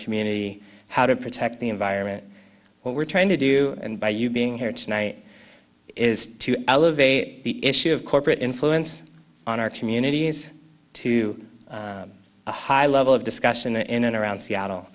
community how to protect the environment what we're trying to do and by you being here tonight is to elevate the issue of corporate influence on our communities to a high level of discussion in and around seattle